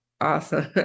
awesome